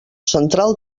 central